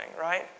right